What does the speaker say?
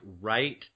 right